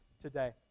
today